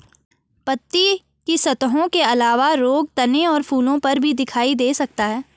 पत्ती की सतहों के अलावा रोग तने और फूलों पर भी दिखाई दे सकता है